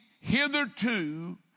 Hitherto